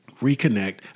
reconnect